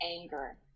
anger